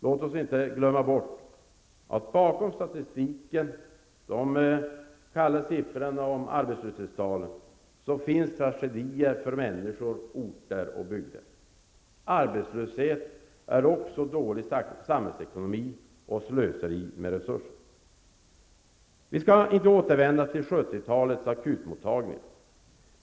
Låt oss inte glömma att bakom statistiken, de kalla siffrorna om arbetslösheten, finns tragedier för människor, orter och bygder. Arbetslöshet är också dålig samhällsekonomi -- ett slöseri med resurser. Vi skall inte återvända till 1970-talets akutmottagningar.